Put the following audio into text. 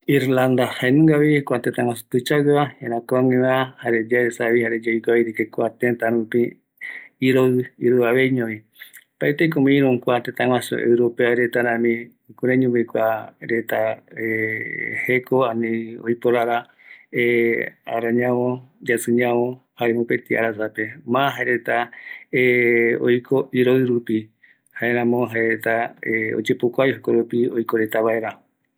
Kuia irlanda jenungavi, jeraku ïrü tëtäreta rämi, iroɨ opa arasa rupi, oïmeko aipo jae retape ou övaë araku iara, yaikua kïraIko jaereta oikova